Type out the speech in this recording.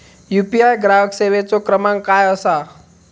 UPI ग्राहक सेवेचो क्रमांक काय असा?